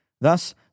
Thus